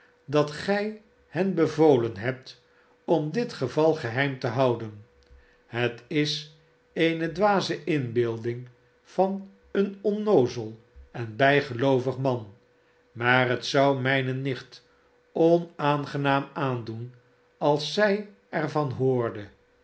dat gij hen bevolen hebt om dit geval geheim te houden het is eene dwaze inbeelding van een onnoozel en bijgeloovig man maar het zou mijne nicht onaangenaam aandoen als zij er van hoorde